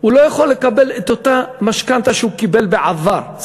הוא לא יכול לקבל את אותה משכנתה שהוא קיבל בעבר.